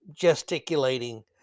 gesticulating